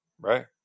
Right